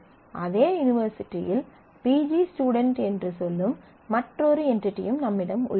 அதே யூனிவர்சிட்டியில் PG student என்று சொல்லும் மற்றொரு என்டிடியும் நம்மிடம் உள்ளது